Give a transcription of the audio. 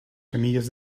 semillas